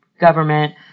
government